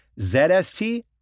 ZST